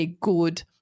good